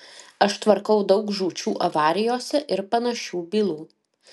aš tvarkau daug žūčių avarijose ir panašių bylų